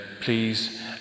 please